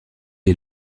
est